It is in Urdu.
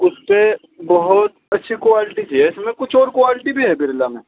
اس پہ بہت اچھی کوالٹی چاہیے اس میں کچھ اور کوالٹی بھی ہے برلا میں